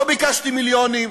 לא ביקשתי מיליונים,